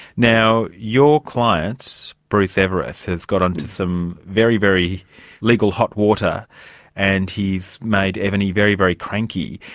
now your client, bruce everiss, has got in to some very, very legal hot water and he's made evony very, very cranky.